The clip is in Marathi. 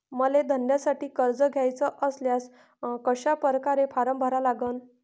मले धंद्यासाठी कर्ज घ्याचे असल्यास कशा परकारे फारम भरा लागन?